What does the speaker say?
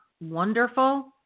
wonderful